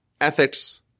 ethics